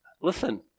Listen